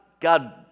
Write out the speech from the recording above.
God